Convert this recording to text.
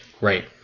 right